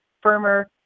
firmer